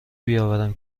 بیاورم